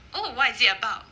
oh what is it about